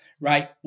right